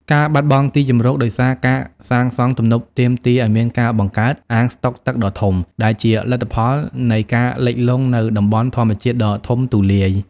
ការបាត់បង់ទីជម្រក ដោយសារការសាងសង់ទំនប់ទាមទារឱ្យមានការបង្កើត អាងស្តុកទឹកដ៏ធំ ដែលជាលទ្ធផលនៃការលិចលង់នូវតំបន់ធម្មជាតិដ៏ធំទូលាយ។